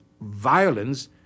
violence